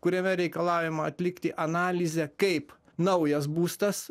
kuriame reikalaujama atlikti analizę kaip naujas būstas